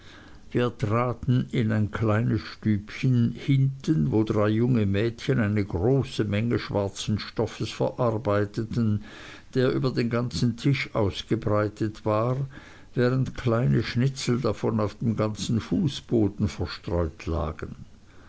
wir traten in ein kleines stübchen hinten wo drei junge mädchen eine große menge schwarzen stoffes verarbeiteten der über den ganzen tisch ausgebreitet war während kleine schnitzel davon auf dem ganzen fußboden verstreut lagen